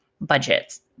budgets